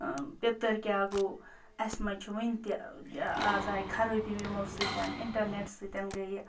پیٚتٕر کیٛاہ گوٚو اَسہِ منٛز چھُ وٕنۍ تہِ آز آیہِ خرٲبی یِمو سۭتۍ اِنٹَرنٮ۪ٹ سۭتۍ گٔیہِ